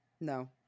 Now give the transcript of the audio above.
no